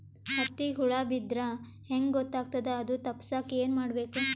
ಹತ್ತಿಗ ಹುಳ ಬಿದ್ದ್ರಾ ಹೆಂಗ್ ಗೊತ್ತಾಗ್ತದ ಅದು ತಪ್ಪಸಕ್ಕ್ ಏನ್ ಮಾಡಬೇಕು?